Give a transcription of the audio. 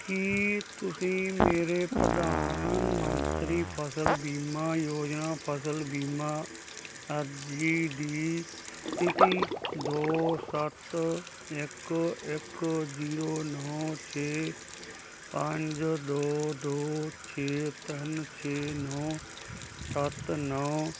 ਕੀ ਤੁਸੀਂ ਮੇਰੇ ਪ੍ਰਧਾਨ ਮੰਤਰੀ ਫਸਲ ਬੀਮਾ ਯੋਜਨਾ ਫਸਲ ਬੀਮਾ ਅਰਜ਼ੀ ਦੀ ਸਥਿਤੀ ਦੋ ਸੱਤ ਇੱਕ ਇੱਕ ਜੀਰੋ ਨੌਂ ਛੇ ਪੰਜ ਦੋ ਦੋ ਛੇ ਤਿੰਨ ਛੇ ਨੌਂ ਸੱਤ ਨੌਂ